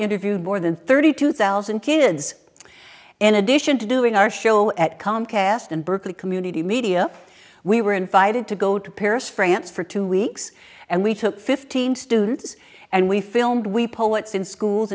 interviewed more than thirty two thousand kids in addition to doing our show at comcast and berkeley community media we were invited to go to paris france for two weeks and we took fifteen students and we filmed we poets in schools